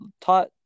taught